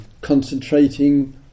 concentrating